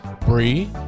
Bree